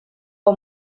for